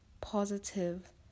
positive